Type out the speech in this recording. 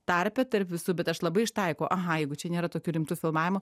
tarpe tarp visų bet aš labai ištaikau aha jeigu čia nėra tokių rimtų filmavimų